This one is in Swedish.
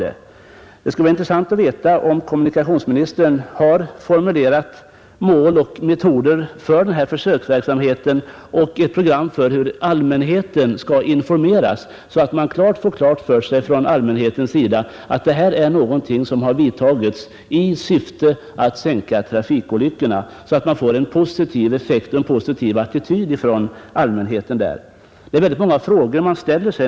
Det skulle vara intressant att få veta om kommunikationsministern har formulerat mål och metoder för försöksverksamheten och ett program för hur allmänheten skall informeras så att alla får klart för sig att denna åtgärd har vidtagits i syfte att minska antalet trafikolyckor. På det sättet kan försöket få en positiv effekt och en positiv attityd från allmänhetens sida. Det finns många frågor att ställa.